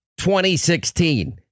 2016